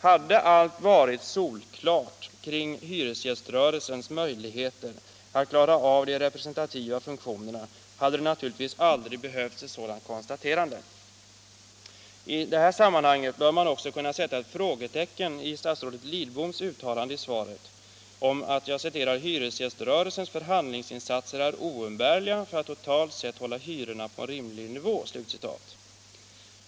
Hade allt varit solklart kring hyresgäströrelsens möjligheter att klara av de representativa funktionerna, hade det naturligtvis aldrig behövts ett sådant konstaterande. I detta sammanhang bör man också kunna sätta ett frågetecken vid statsrådet Lidboms uttalande i svaret om att ”hyresgäströrelsens förhandlingsinsatser är oumbärliga för att totalt sett hålla hyrorna på en rimlig nivå”.